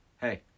Hey